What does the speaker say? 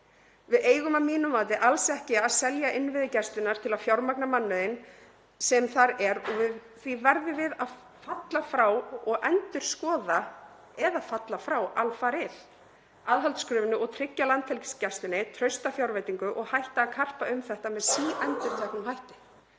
Við eigum að mínu mati alls ekki að selja innviði Gæslunnar til að fjármagna mannauðinn sem þar er og því verðum við að falla frá og endurskoða eða falla alfarið frá aðhaldskröfunni og tryggja Landhelgisgæslunni trausta fjárveitingu og hætta að karpa um þetta síendurtekið.